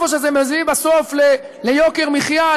או שזה מביא בסוף ליוקר מחיה,